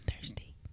thirsty